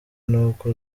n’uko